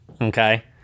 okay